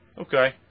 Okay